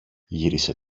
γύρισε